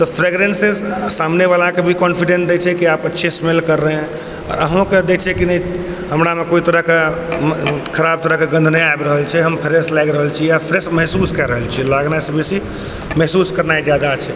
तऽ फ्रेगरेन्स से सामने वला के भी कॉन्फिडेन्स दै छै आप अच्छे स्मेल कर रहे है आओर अहूँ के दै छी की नहि हमरा मे कोइ तरह के खराब तरह के गन्ध नहि आबि रहल छै हम फ्रेश लागि रहल छी या फ्रेश महसूस कर रहल छियै लगनाइ सँ बेसी महसूस करनाइ जादा छै